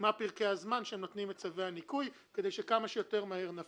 הישיבות כל שבוע זה נמנע מהפעילות הבלתי רגילה של ועדת הפנים,